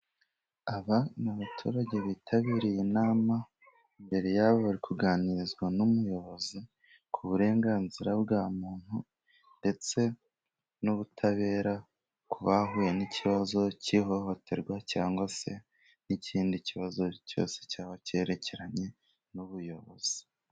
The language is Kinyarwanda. Aba ni abaturage bitabiriye inama, imbere yabo bari kuganirizwa n'umuyobozi, ku burenganzira bwa muntu ndetse n'ubutabera ku bahuye n'ikibazo cy'ihohoterwa, cyangwa se n'ikindi kibazo cyose cyaba cyerekeranye n'ubuyobozi.